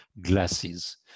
glasses